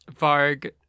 Varg